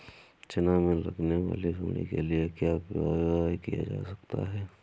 चना में लगने वाली सुंडी के लिए क्या उपाय किया जा सकता है?